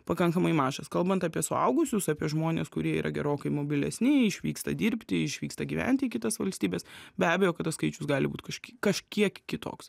pakankamai mažas kalbant apie suaugusius apie žmones kurie yra gerokai mobilesni jie išvyksta dirbti išvyksta gyventi į kitas valstybes be abejo kad tas skaičius gali būti kažkiek kažkiek kitoks